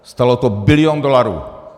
Stálo to bilion dolarů.